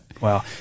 Wow